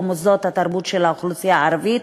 או מוסדות התרבות של האוכלוסייה הערבית,